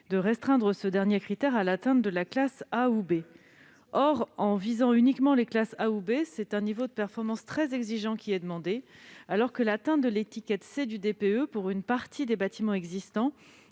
de restreindre ce dernier critère à l'atteinte de la classe A ou B. En visant uniquement ces deux classes, vous demandez un niveau de performance très exigeant, alors que l'atteinte de l'étiquette C du DPE pour une partie des bâtiments existants